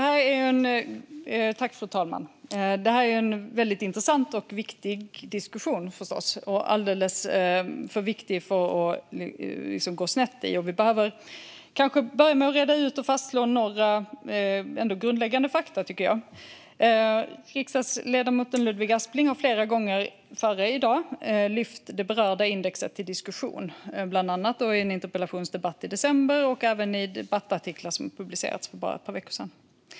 Fru talman! Det här är förstås en väldigt intressant och viktig diskussion - alldeles för viktig för att hamna snett i. Vi behöver kanske börja med att reda ut och fastslå några grundläggande fakta. Riksdagsledamoten Ludvig Aspling har flera gånger före i dag tagit upp det berörda indexet till diskussion, bland annat i en interpellationsdebatt i december och i debattartiklar som publicerades för bara ett par veckor sedan.